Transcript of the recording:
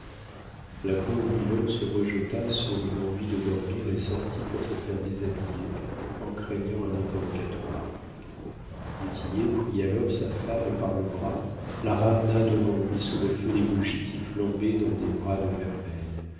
la pauvre ilote se rejeta sur une envie de dormir et sortit pour se faire déshabiller en craignant un interrogatoire du tillet prit alors sa femme par le bras la ramena devant lui sous le feu des bougies qui flambaient dans des bras de vermeil